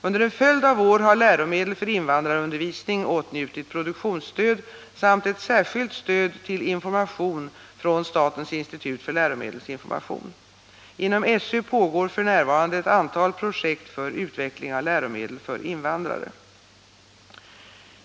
Under en följd av år har läromedel för invandrarundervisning åtnjutit produktionsstöd samt ett särskilt stöd till information från statens institut för läromedelsinformation. Inom SÖ pågår f. n. ett antal projekt för utveckling av läromedel för invandrare.